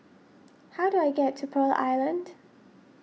how do I get to Pearl Island